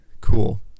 Cool